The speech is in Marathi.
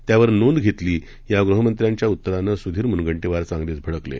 त्यावर नोंद घेतली या गृहमंत्र्यांच्या उत्तरानं सुधीर मुनगंटीवार चांगलेच भडकले